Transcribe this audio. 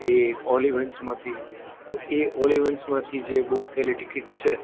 એ ઓલિવન્સમાંથી તો એ ઓલિવન્સમાંથી જે બુક થયેલી ટિકિટ છે